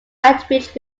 outreach